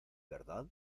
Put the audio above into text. verdad